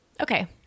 Okay